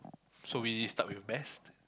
so we start with your best